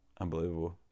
Unbelievable